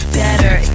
better